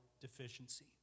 deficiency